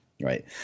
Right